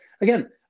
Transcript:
Again